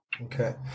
Okay